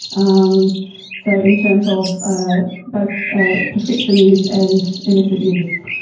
um so in terms of ah both ah prescription use and illicit use.